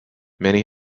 many